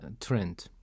trend